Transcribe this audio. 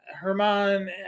Herman